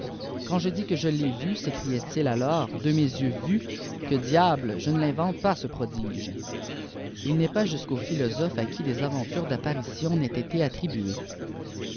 quand je dis que je l'ai vu sécriaît il alors de mes yeux vu que diable je ne l'invente pas ce prodige il n'est pas jusqu'aux philosophes è qui des aventures d'apparitions n'aient été attribuées